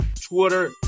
Twitter